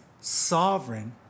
sovereign